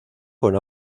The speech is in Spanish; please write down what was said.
con